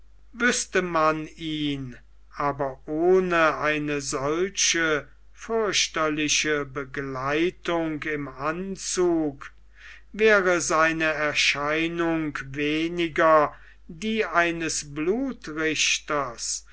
wüßte man ihn aber ohne eine solche fürchterliche begleitung im anzug wäre seine erscheinung weniger die eines